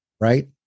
Right